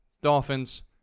Dolphins